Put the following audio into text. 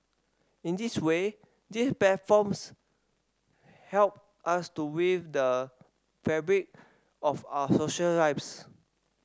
in this way these platforms help us to weave the fabric of our social lives